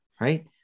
Right